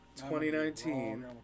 2019